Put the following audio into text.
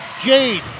Jade